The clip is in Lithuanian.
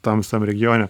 tam visam regione